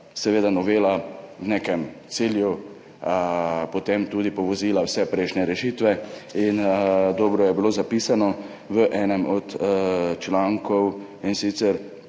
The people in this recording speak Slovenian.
splošno novela v nekem cilju potem tudi povozila vse prejšnje rešitve. Dobro je bilo zapisano v enem od člankov z